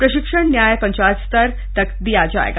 प्रशिक्षण न्याय पंचायत स्तर तक दिया गया है